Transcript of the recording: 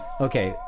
Okay